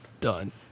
done